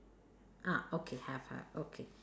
ah okay have have okay